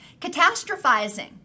Catastrophizing